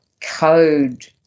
code